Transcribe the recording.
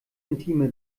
intime